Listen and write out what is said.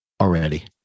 already